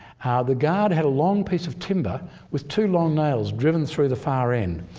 the guard had a long piece of timber with two long nails driven through the far end.